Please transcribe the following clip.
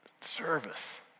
service